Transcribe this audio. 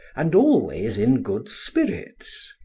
and always in good spirits.